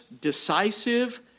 decisive